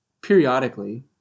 periodically